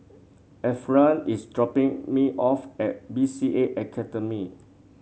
Ephriam is dropping me off at B C A Academy